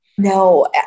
No